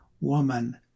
woman